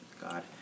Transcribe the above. God